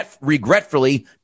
Regretfully